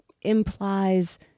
implies